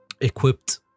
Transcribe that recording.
equipped